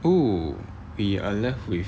oh we are left with